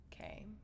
okay